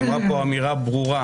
נאמרה פה אמירה ברורה